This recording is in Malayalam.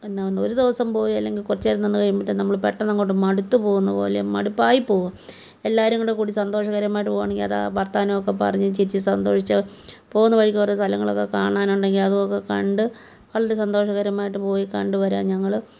എന്നാൽ ഒന്ന് ഒരു ദിവസം പോയി അല്ലെങ്കിൽ കുറച്ചു നേരം നിന്ന് കഴിയുമ്പോഴത്തേക്കും നമ്മൾ പെട്ടന്നങ്ങോട്ട് മടുത്ത് പോകുന്നപോലെ മടുപ്പായി പോവും എല്ലാവരും കൂടെക്കൂടി സന്തോഷകരമായിട്ട് പോവുകയാണെങ്കിൽ അതാണ് വർത്തമാനമൊക്കെ പറഞ്ഞ് ചിരിച്ചു സന്തോഷിച്ച് പോകുന്ന വഴിക്ക് കുറേ സ്ഥലങ്ങളൊക്കെ കാണാനുണ്ടെങ്കിൽ അതുമൊക്കെ കണ്ട് വളരെ സന്തോഷകരമായിട്ട് പോയി കണ്ടു വരാൻ ഞങ്ങൾ